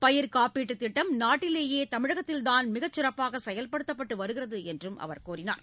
பயிர் காப்பீட்டுத் திட்டம் நாட்டிலேயே தமிழ்நாட்டில்தான் மிகச் சிறப்பாக செயல்படுத்தப்பட்டு வருகிறது என்று கூறினார்